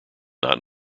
not